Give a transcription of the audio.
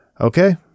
Okay